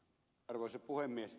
arvoisa puhemies